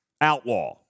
Outlaw